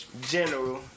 general